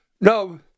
no